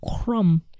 crumb